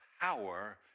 power